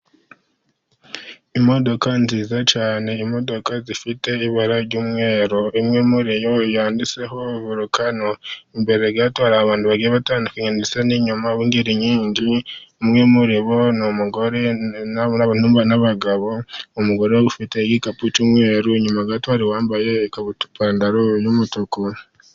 Imodoka nziza cyane, imodoka zifite ibara ry'umweru. Imwe muri zo yanditseho vorukano, imbere gato hari abantu bagiye batandukanya, ndetse n'inyuma gato hari inkingi. umwe muri bo n'umugore n'abagabo, umugore wari ufite igikapu cy'umweru, inyuma gato wari wambaye ipantaro n'umutuku.